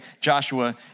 Joshua